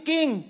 King